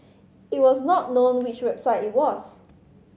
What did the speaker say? it was not known which website it was